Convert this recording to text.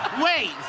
Wait